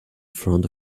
front